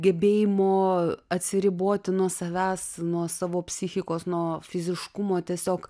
gebėjimo atsiriboti nuo savęs nuo savo psichikos nuo fiziškumo tiesiog